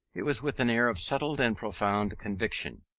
it was with an air of settled and profound conviction.